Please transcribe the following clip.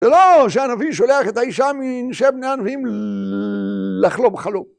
ולא שהנביא שולח את האישה מנשי בני הנביאים לחלום חלום.